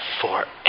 forever